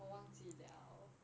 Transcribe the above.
我忘记 liao